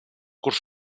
curs